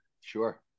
sure